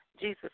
Jesus